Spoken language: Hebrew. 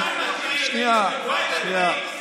תקבעו את התנאים.